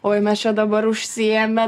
oi mes čia dabar užsiėmę